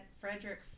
Frederick